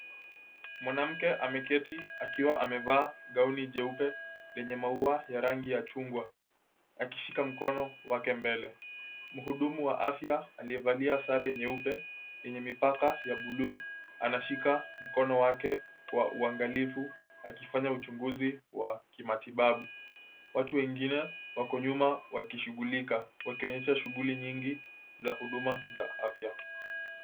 Mwanamke ameketi akiwa amevaa gauni jeupe lenye maua ya rangi ya chungwa, akishika mkono wake mbele. Mhudumu wa afya, aliyevalia sare nyeupe yenye mipaka ya buluu, anashika mkono wake kwa uangalifu akifanya uchunguzi wa kimatibabu. Watu wengine wako nyuma wakishughulika, wakionyesha shughuli nyingi za huduma za afya.